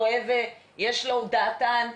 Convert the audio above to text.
הוא דעתן,